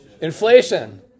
Inflation